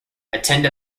attend